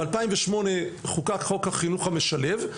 ב-2008 חוקק חוק החינוך המשלב.